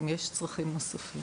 אם יש צרכים נוספים.